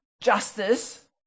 justice